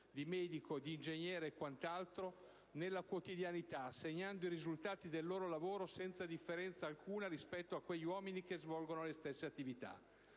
di medico, di ingegnere, di quant'altro, nella quotidianità, segnando i risultati del loro lavoro senza differenza alcuna rispetto a quegli uomini che svolgono le stesse attività.